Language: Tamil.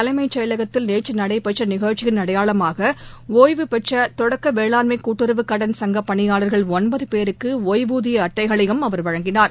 தலைமைச் செயலகத்தில் நேற்ற நடைபெற்ற நிகழ்ச்சியின் அடையாளமாக ஓய்வு பெற்ற தொடக்க வேளாண்மை கூட்டுறவு கடன் சங்கப் பனியாளர்கள் ஒன்பது பேருக்கு ஒய்வூதிய அட்டைகளையும் அவர் வழங்கினார்